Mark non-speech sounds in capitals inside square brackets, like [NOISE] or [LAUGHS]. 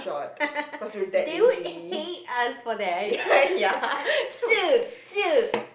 [LAUGHS] they would hate us for that [LAUGHS] cher cher